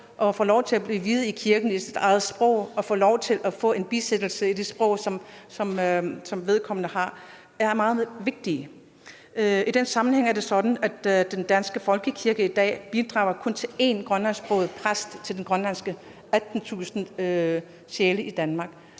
at få lov til at blive viet i kirken på sit eget sprog og at få lov til at få en bisættelse på det sprog, som den afdøde havde, er meget vigtigt. I den sammenhæng er det sådan, at den danske folkekirke i dag kun bidrager til én grønlandsksproget præst til de 18.000 grønlandske sjæle i Danmark.